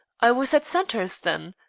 i was at sandhurst then.